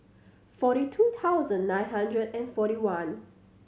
forty two thousand nine hundred and forty one